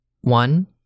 One